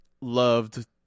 loved